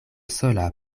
sola